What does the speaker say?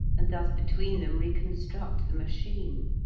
and thus between them reconstruct the machine.